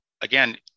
Again